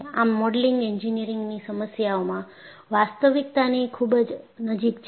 આમ મોડેલિંગ એન્જિનિયરિંગની સમસ્યાઓમાં વાસ્તવિકતાની ખુબ જ નજીક છે